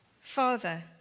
father